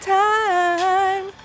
time